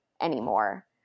anymore